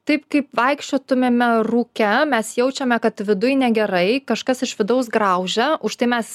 taip kaip vaikščiotumėme rūke mes jaučiame kad viduj negerai kažkas iš vidaus graužia už tai mes